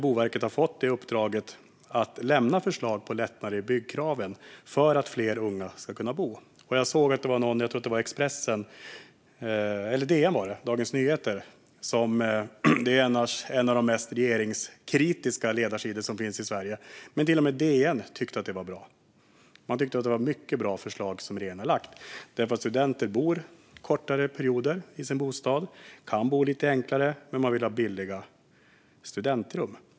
Boverket har fått uppdraget att lämna förslag på lättnader i byggkraven för att fler unga ska kunna bo, och jag såg att till och med DN - alltså Dagens Nyheter, som har en av de mest regeringskritiska ledarsidorna i Sverige - tyckte att det var bra. Man tyckte att det var ett mycket bra förslag som regeringen har lagt fram. Studenter bor nämligen kortare perioder i sina bostäder och kan bo lite enklare, men de vill ha billiga studentrum.